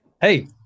Hey